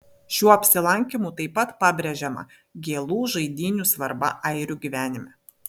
šiuo apsilankymu taip pat pabrėžiama gėlų žaidynių svarba airių gyvenime